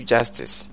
Justice